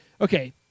okay